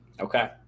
Okay